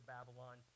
Babylon